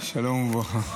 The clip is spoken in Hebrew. שלום וברכה.